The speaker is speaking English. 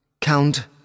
Count